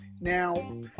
Now